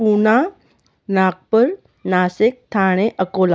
Pune Nagpur Nashik Thane Akola